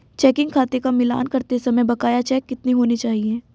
Checking खाते का मिलान करते समय बकाया चेक कितने होने चाहिए?